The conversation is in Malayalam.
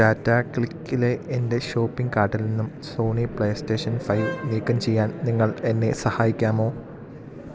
ടാറ്റാ ക്ലിക്കിലെ എൻ്റെ ഷോപ്പിംഗ് കാട്ടിൽ നിന്നും സോണി പ്ലേ സ്റ്റേഷൻ ഫൈവ് നീക്കം ചെയ്യാൻ നിങ്ങൾ എന്നെ സഹായിക്കാമോ